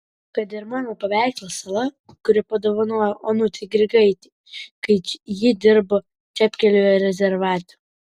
kad ir mano paveikslas sala kurį padovanojau onutei grigaitei kai ji dirbo čepkelių rezervate